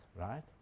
right